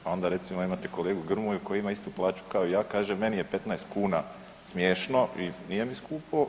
A onda recimo imate kolegu Grmoju koji ima istu plaću kao i ja kaže meni je 15 kuna smiješno i nije mi skupo.